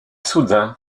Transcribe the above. soudain